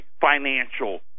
financial